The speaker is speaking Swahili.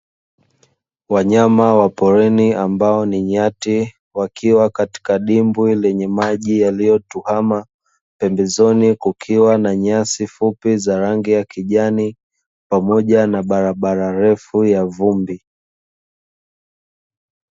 Wanyama wa porini ambao ni nyati, wakiwa katika dimbwi lenye maji yaliyotuama pembezoni kukiwa na nyasi fupi za rangi ya kijani pamoja na barabara refu ya vumbi.